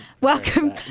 Welcome